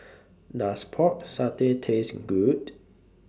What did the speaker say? Does Pork Satay Taste Good